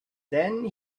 then